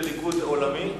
זה ליכוד עולמי,